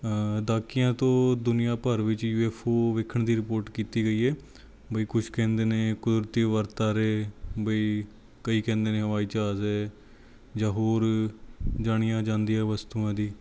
ਦਹਾਕਿਆਂ ਤੋਂ ਦੁਨੀਆ ਭਰ ਵਿੱਚ ਯੂ ਐੱਫ ਓ ਵੇਖਣ ਦੀ ਰਿਪੋਟ ਕੀਤੀ ਗਈ ਹੈ ਬਈ ਕੁਛ ਕਹਿੰਦੇ ਨੇ ਕੁਦਰਤੀ ਵਰਤਾਰੇ ਬਈ ਕਈ ਕਹਿੰਦੇ ਨੇ ਹਵਾਈ ਜਹਾਜ਼ ਹੈ ਜਾਂ ਹੋਰ ਜਾਣੀਆਂ ਜਾਂਦੀਆਂ ਵਸਤੂਆਂ ਦੀ